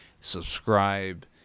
subscribe